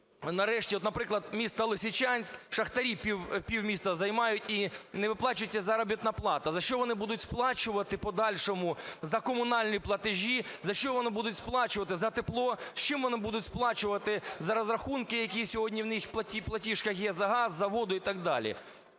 нарешті, от, наприклад, місто Лисичанськ. Шахтарі півміста займають, і не виплачується заробітна плата. За що вони будуть сплачувати в подальшому за комунальні платежі? За що вони будуть сплачувати за тепло? Чим вони будуть сплачувати за розрахунки, які сьогодні у них в платіжках є за газ, за воду і так далі?